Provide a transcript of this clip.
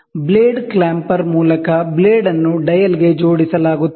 blade clamper ಮೂಲಕ blade ಅನ್ನು ಡಯಲ್ಗೆ ಜೋಡಿಸಲಾಗುತ್ತದೆ